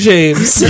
James